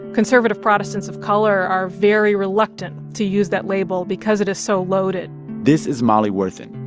conservative protestants of color are very reluctant to use that label because it is so loaded this is molly worthen.